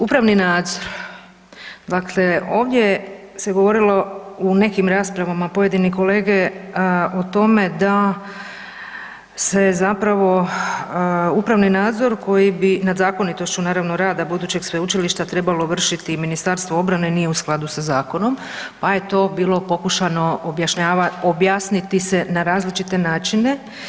Upravni nadzor, dakle ovdje se govorilo u nekim raspravama pojedine kolege, o tome da se zapravo upravni nadzor koji bi nad zakonitošću, naravno rada budućeg sveučilišta trebalo vršiti Ministarstvo obrane, nije u skladu sa zakonom, pa je to bilo pokušano objasniti se na različite načine.